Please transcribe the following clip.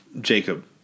Jacob